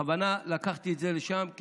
בכוונה לקחתי את זה לשם.